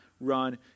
run